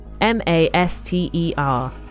M-A-S-T-E-R